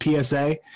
PSA